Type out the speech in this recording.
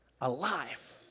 alive